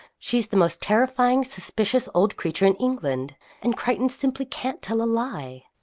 she's the most terrifying, suspicious old creature in england and crichton simply can't tell a lie.